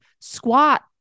squat